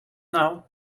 nou